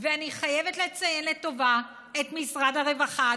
ואני חייבת לציין לטובה את משרד הרווחה,